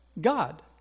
God